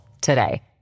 today